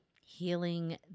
Healing